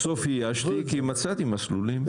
בסוף איישתי, כי מצאתי מסלולים.